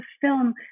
film